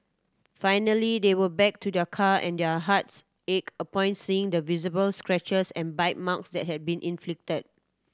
finally they went back to their car and their hearts ached upon seeing the visible scratches and bite marks that had been inflicted